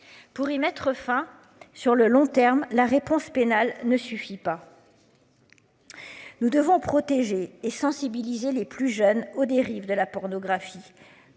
Pour y mettre fin. Sur le long terme la réponse pénale ne suffit pas. Nous devons protéger et sensibiliser les plus jeunes aux dérives de la pornographie.